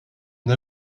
une